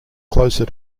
closer